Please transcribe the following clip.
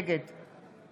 נגד